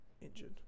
injured